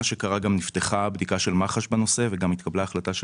נפתחה בדיקה של מח"ש בנושא והתקבלה החלטה של